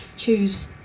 choose